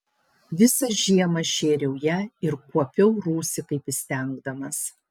visą žiemą šėriau ją ir kuopiau rūsį kaip įstengdamas